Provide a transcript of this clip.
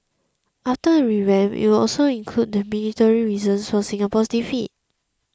after the revamp it will also include the military reasons for Singapore's defeat